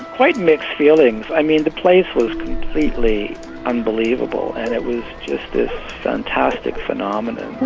quite mixed feelings. i mean the place was completely unbelievable. and it was just this fantastic phenomena.